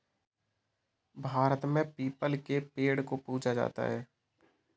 भारत में पीपल के पेड़ को पूजा जाता है